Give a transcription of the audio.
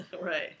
Right